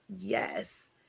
Yes